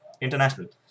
international